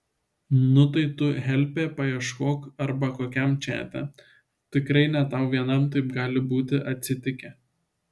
nu tai tu helpe paieškok arba kokiam čate tikrai ne tau vienam taip gali būti atsitikę